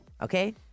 okay